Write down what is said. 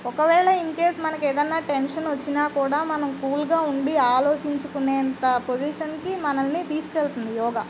ఒకవేళ ఇన్కేస్ మనకు ఏదైనా టెన్షన్ వచ్చినా కూడా మనం కూల్గా ఉండి ఆలోచించుకునేంత పొజిషన్కి మనల్ని తీసుకెళ్తుంది యోగ